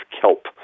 kelp